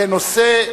בנושא: